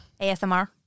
ASMR